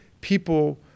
people